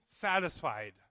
satisfied